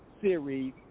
series